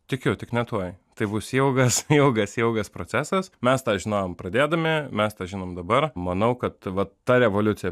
tikiu tik ne tuoj tai bus ilgas ilgas ilgas procesas mes tą žinojom pradėdami mes tą žinom dabar manau kad vat ta revoliucija